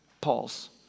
Pauls